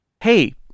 hey